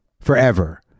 forever